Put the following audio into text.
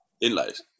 inlays